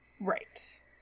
Right